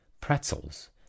pretzels